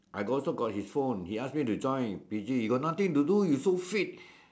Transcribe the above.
I also got his phone he ask me to join P_G you got nothing to do you so fit